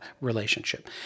relationship